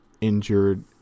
injured